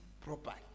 properly